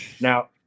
Now